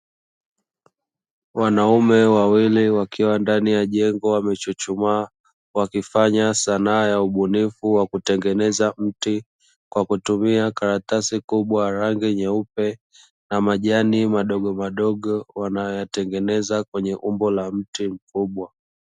Wanaume wawili wakiwa ndani ya jengo wamechuchumaa, wakifanya sanaa ya ubunifu wa kutengeneza mti kwa kutumia karatasi kubwa rangi nyeupe na majani madogomadogo wanayatengeneza kwenye umbo la mti mkubwa.